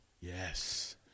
Yes